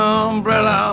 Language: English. umbrella